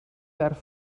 verd